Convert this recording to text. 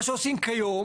מה שעושים כיום